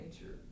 nature